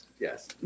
yes